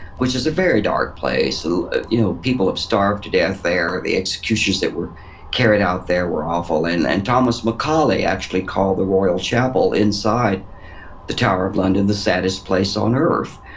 which is a very dark place. so you know, people have starved to death there, the executions that were carried out there were awful. and and thomas mccauley actually called the royal chapel inside the tower of london the saddest place on earth,